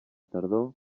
tardor